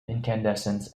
incandescent